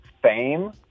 Fame